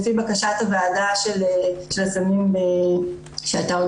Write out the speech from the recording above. לפי בקשת הוועדה של הסמים שהייתה עוד